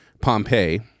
Pompeii